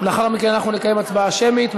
ולאחר מכן נקיים הצבעה שמית,